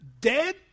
dead